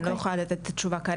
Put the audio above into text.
אני לא יכולה לענות על זה כרגע.